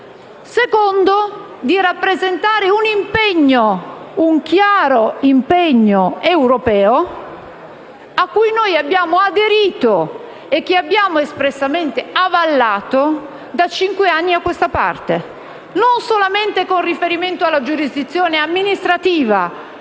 seconda è di rappresentare un chiaro impegno europeo al quale noi abbiamo aderito e che abbiamo espressamente avallato da cinque anni a questa parte, non soltanto con riferimento alla giurisdizione amministrativa,